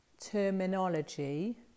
terminology